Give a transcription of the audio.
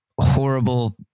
horrible